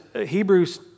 Hebrews